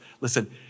Listen